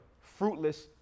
fruitless